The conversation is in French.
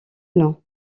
non